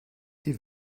die